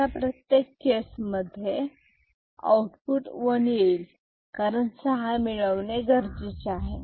अशा प्रत्येक केस मध्ये आउटपुट 1 येईल कारण सहा मिळवणे गरजेचे आहे